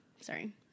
sorry